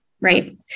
Right